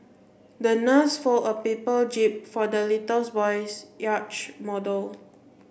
the nurse fold a paper jib for the little boy's yacht model